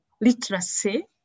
literacy